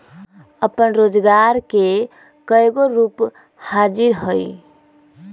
अप्पन रोजगार के कयगो रूप हाजिर हइ